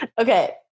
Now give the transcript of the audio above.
okay